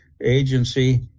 agency